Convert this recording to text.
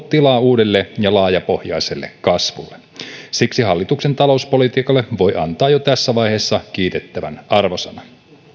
tilaa uudelle ja laajapohjaiselle kasvulle siksi hallituksen talouspolitiikalle voi antaa jo tässä vaiheessa kiitettävän arvosanan